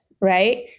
right